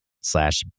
slash